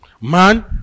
Man